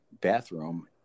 bathroom